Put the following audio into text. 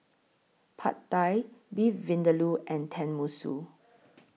Pad Thai Beef Vindaloo and Tenmusu